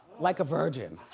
like a virgin.